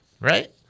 right